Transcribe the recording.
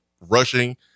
rushing